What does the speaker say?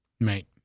Right